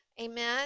Amen